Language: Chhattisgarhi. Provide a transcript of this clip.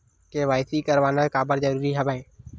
के.वाई.सी करवाना काबर जरूरी हवय?